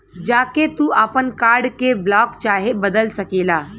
जा के तू आपन कार्ड के ब्लाक चाहे बदल सकेला